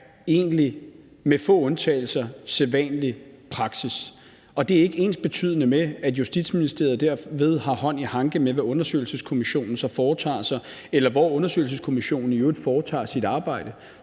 egentlig med få undtagelser sædvanlig praksis, og det er ikke ensbetydende med, at Justitsministeriet dermed har hånd i hanke med, hvad undersøgelseskommissionen så foretager sig, eller hvor undersøgelseskommissionen i øvrigt foretager sit arbejde.